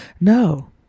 No